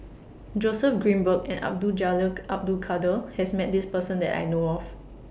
Joseph Grimberg and Abdul Jalil Abdul Kadir has Met This Person that I know of